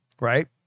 right